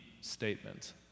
statement